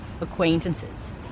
acquaintances